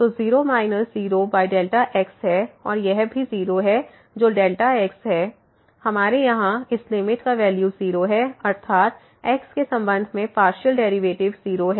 तो 0 minus 0x है और यह भी 0 है जो xहै हमारे यहाँ इस लिमिट का वैल्यू 0 है अर्थात् x के संबंध में पार्शियल डेरिवेटिव 0 है